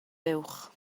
fuwch